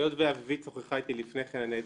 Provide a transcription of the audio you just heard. היות ואביבית שוחחה אתי לפני כן, אני אחדד.